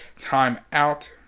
timeout